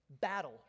battle